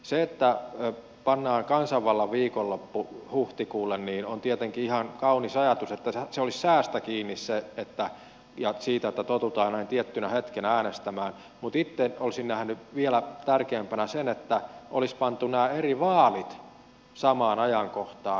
se että pannaan kansanvallan viikonloppu huhtikuulle on tietenkin ihan kaunis ajatus että se olisi säästä kiinni ja siitä että totutaan näin tiettyinä hetkinä äänestämään mutta itse olisin nähnyt vielä tärkeämpänä sen että olisi pantu nämä eri vaalit samaan ajankohtaan